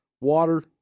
water